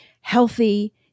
healthy